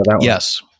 Yes